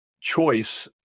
choice